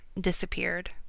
disappeared